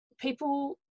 people